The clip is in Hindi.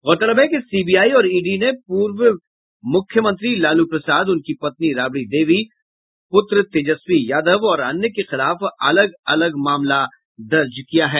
गौरतलब है कि सीबीआई और ईडी ने पूर्व मुख्यमंत्री लालू प्रसाद उनकी पत्नी राबड़ी देवी पुत्र तेजस्वी यादव और अन्य के खिलाफ अलग अलग मामला दर्ज किये हैं